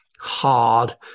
hard